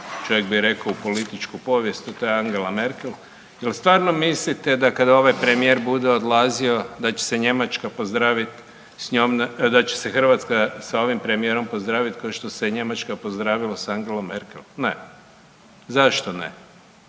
čovjek bi rekao u političku povijest, a to je Angela Merkel, jel stvarno mislite da kada ovaj premijer bude odlazio da će se Njemačka pozdravit s njoj, da će se Hrvatska s ovim premijerom pozdravit kao se Njemačka pozdravila sa Angelom Merkel, ne. Zašto ne?